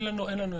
אין לנו עמדה.